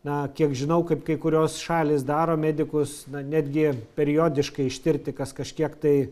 na kiek žinau kaip kai kurios šalys daro medikus na netgi periodiškai ištirti kas kažkiek tai